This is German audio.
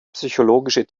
psychologische